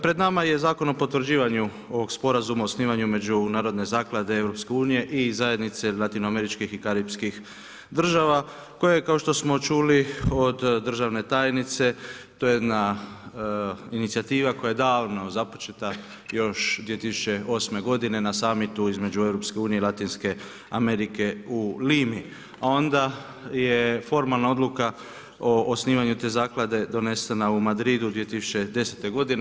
Pred nama je Zakon o potvrđivanju sporazuma o osnivanju međunarodne zaklade EU-a i zajednice latinoameričkih i karipskih država koje kao što smo čuli od državne tajnice, to je jedna inicijativa koja je davno započeta još 2008. godine na summitu između EU-a i Latinske Amerike u Limi, a onda je formalna odluka o osnivanju te zaklade donesena u Madridu 2010. godine.